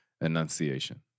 enunciation